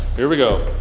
here we go.